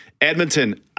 Edmonton